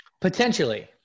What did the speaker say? Potentially